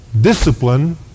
Discipline